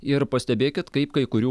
ir pastebėkit kaip kai kurių